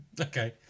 Okay